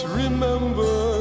remember